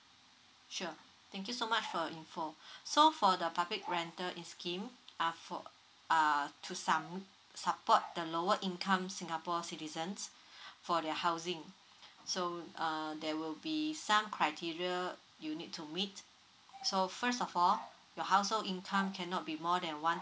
sure thank you so much for your info so for the public rental scheme uh for uh to some support the lower income singapore citizens for their housing so err there will be some criteria you need to meet so first of all the household income cannot be more than one